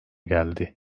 geldi